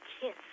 kiss